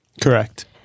Correct